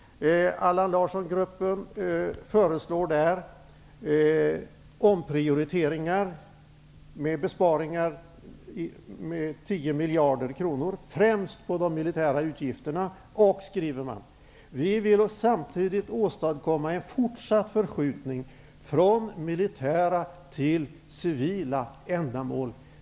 Allan Larsson-gruppen föreslår omprioriteringar och besparingar på 10 miljarder kronor främst på de militära utgifterna. De vill samtidigt åstadkomma en fortsatt förskjutning från militära till civila ändamål.